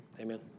Amen